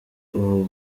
ubu